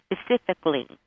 specifically